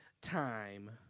time